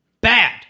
Bad